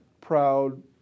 proud